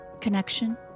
connection